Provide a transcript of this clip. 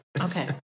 Okay